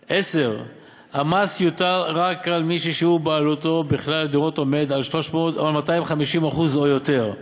10. המס יוטל רק על מי ששיעור בעלותו בכלל הדירות עומד על 250% או יותר,